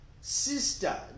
Sister